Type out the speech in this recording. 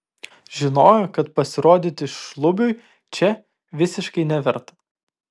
žinojo kad pasirodyti šlubiui čia visiškai neverta